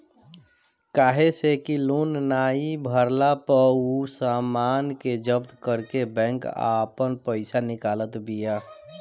काहे से कि लोन नाइ भरला पअ उ सामान के जब्त करके बैंक आपन पईसा निकालत बिया